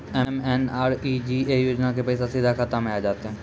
MNREGA योजना के पैसा सीधा खाता मे आ जाते?